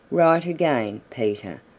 right again, peter,